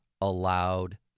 allowed